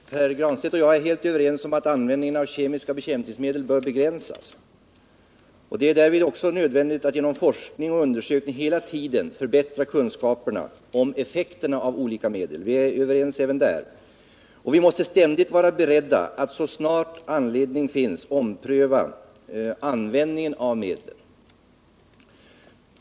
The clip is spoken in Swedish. Herr talman! Pär Granstedt och jag är helt överens om att användningen av kemiska bekämpningsmedel bör begränsas. Det är därvid nödvändigt att genom forskning och undersökning hela tiden förbättra kunskaperna om effekterna av olika medel. Vi är överens även om detta. Vi måste också ständigt vara beredda att så snart anledning finns ompröva användningen av medlen.